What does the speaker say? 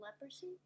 leprosy